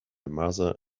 mother